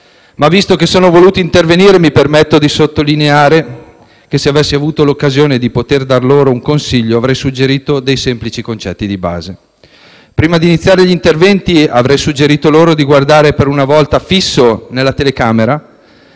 però, che sono voluto intervenire, mi permetto di sottolineare che, se avessi avuto l'occasione di dar loro un consiglio avrei suggerito dei semplici concetti di base. Prima di iniziare gli interventi, avrei suggerito loro di guardare per una volta fisso nella telecamera,